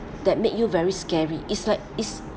that make you very scary it's like it's